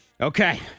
okay